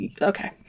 okay